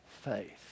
faith